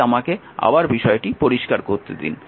তাই আমাকে আবার বিষয়টি পরিষ্কার করতে দিন